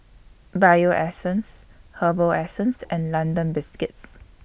Bio Essence Herbal Essences and London Biscuits